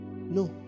No